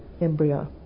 embryo